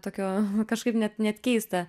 tokio kažkaip net net keista